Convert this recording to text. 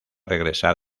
regresar